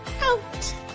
out